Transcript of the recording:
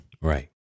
Right